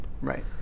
Right